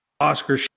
Oscar